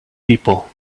people